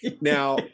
Now